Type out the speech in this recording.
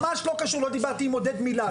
ממש לא קשור, לא דיברתי עם עודד מילה.